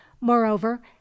moreover